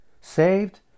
Saved